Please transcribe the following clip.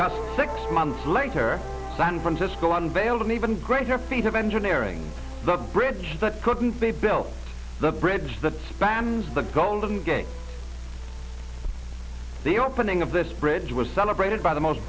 just six months later san francisco on bail an even greater feat of engineering the bridge that couldn't be built the bridge that spans the golden gate the opening of this bridge was celebrated by the most